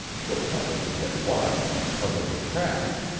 she'll probably get wise and cover her tracks,